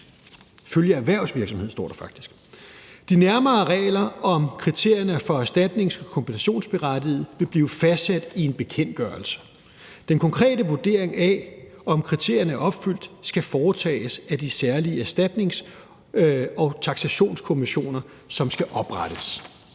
følgeerhvervsvirksomhed. Kl. 14:23 De nærmere regler om kriterierne for erstatnings- og kompensationsberettigede vil blive fastsat i en bekendtgørelse. Den konkrete vurdering af, om kriterierne er opfyldt, skal foretages af de særlige erstatnings- og taksationskommissioner, som skal oprettes.